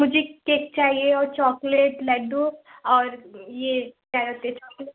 मुझे केक चाहिए और चॉकलेट लड्डू और ये क्या कहते चॉकलेट